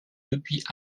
depuis